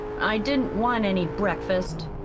i didn't want any breakfast,